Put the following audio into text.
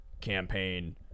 campaign